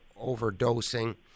overdosing